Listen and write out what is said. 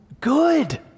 good